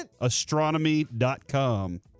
astronomy.com